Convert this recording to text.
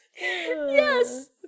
Yes